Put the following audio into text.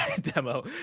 demo